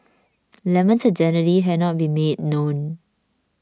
lemon's identity has not been made known